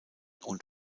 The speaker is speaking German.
und